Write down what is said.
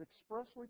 expressly